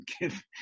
give